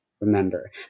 remember